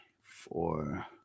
four